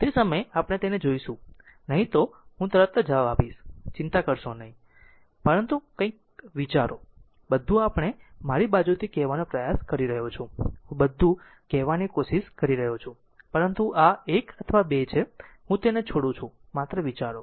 તે સમયે આપણે તેને જોઈશું નહીં તો હું તરત જ જવાબ આપીશ ચિંતા કરશો નહીં ચિંતા કરશો નહીં પરંતુ માત્ર કંઈક વિચારશો બધું આપણે મારી બાજુથી કહેવાનો પ્રયાસ કરી રહ્યો છું હું બધું કહેવાની કોશિશ કરી રહ્યો છું પરંતુ આ 1 અથવા 2 છે હું તેને છોડું છું માત્ર વિચારો